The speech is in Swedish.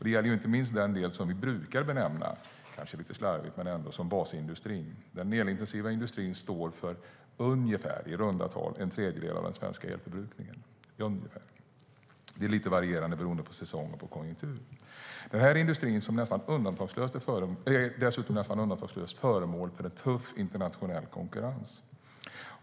Det gäller inte minst den del som vi kanske lite slarvigt brukar benämna som basindustrin. Den elintensiva industrin står i runda tal för en tredjedel av den svenska elförbrukningen. Det är lite varierande beroende på säsong och konjunktur. Den här industrin är nästan undantagslöst föremål för tuff internationell konkurrens.